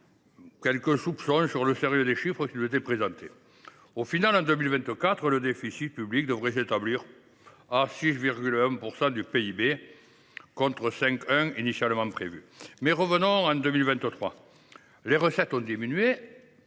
quelques soupçons sur le sérieux des chiffres qui nous étaient présentés. Au final, en 2024, le déficit public devrait s’établir à 6,1 % du PIB, alors qu’il était initialement prévu à 5,1 %. Mais revenons en 2023. Les recettes ont diminué